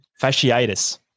fasciitis